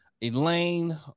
Elaine